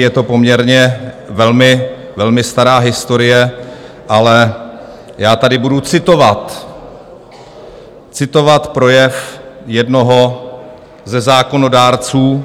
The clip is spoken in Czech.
Je to poměrně velmi, velmi stará historie, ale já tady budu citovat projev jednoho ze zákonodárců